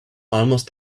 almost